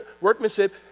workmanship